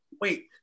Wait